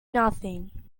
nothing